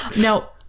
Now